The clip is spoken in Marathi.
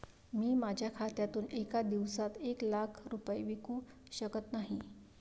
मी माझ्या खात्यातून एका दिवसात एक लाख रुपये विकू शकत नाही